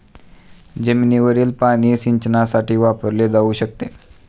जमिनीवरील पाणी सिंचनासाठी वापरले जाऊ शकते